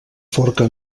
forca